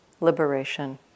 liberation